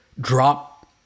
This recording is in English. drop